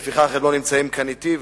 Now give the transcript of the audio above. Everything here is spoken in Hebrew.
לפיכך, הם לא נמצאים כאן אתי.